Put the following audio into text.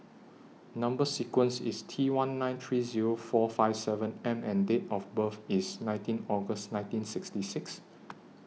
Number sequence IS T one nine three Zero four five seven M and Date of birth IS nineteen August nineteen sixty six